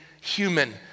human